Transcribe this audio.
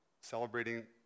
celebrating